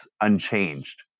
unchanged